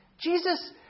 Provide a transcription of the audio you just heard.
Jesus